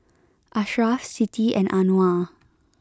Ashraff Siti and Anuar